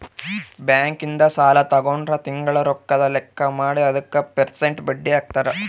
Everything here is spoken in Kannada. ಬ್ಯಾಂಕ್ ಇಂದ ಸಾಲ ತಗೊಂಡ್ರ ತಿಂಗಳ ರೊಕ್ಕದ್ ಲೆಕ್ಕ ಮಾಡಿ ಅದುಕ ಪೆರ್ಸೆಂಟ್ ಬಡ್ಡಿ ಹಾಕ್ತರ